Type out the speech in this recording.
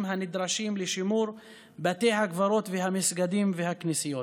הנדרשים לשימור בתי הקברות והמסגדים והכנסיות,